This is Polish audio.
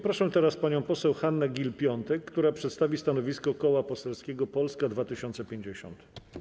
Proszę teraz panią poseł Hannę Gill-Piątek, która przedstawi stanowisko Koła Poselskiego Polska 2050.